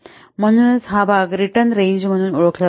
तर म्हणूनच हा भाग रिटर्न रेंज म्हणून ओळखला जातो